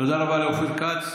תודה רבה לאופיר כץ.